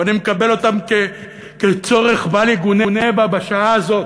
ואני מקבל אותם כצורך בל-יגונה בשעה הזאת,